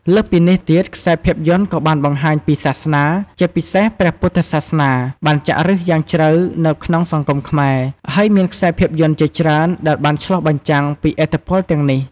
លើសពីនេះទៀតខ្សែភាពយន្តក៏បានបង្ហាញពីសាសនា ជាពិសេស ព្រះពុទ្ធសាសនា បានចាក់ឫសយ៉ាងជ្រៅនៅក្នុងសង្គមខ្មែរ ហើយមានខ្សែភាពយន្តជាច្រើនដែលបានឆ្លុះបញ្ចាំងពីឥទ្ធិពលទាំងនេះ ។